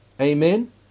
Amen